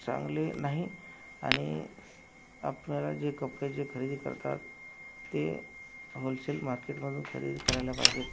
चांगले नाही आणि आपल्याला जे कपडे जे खरेदी करतात ते होलसेल मार्केटमधून खरेदी करायला पाहिजेत